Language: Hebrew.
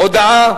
הודעה